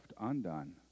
undone